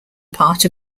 part